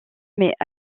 mais